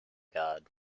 god